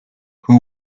who